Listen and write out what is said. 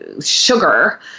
sugar